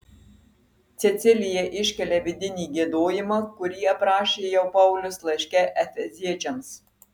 cecilija iškelia vidinį giedojimą kurį aprašė jau paulius laiške efeziečiams